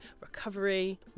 recovery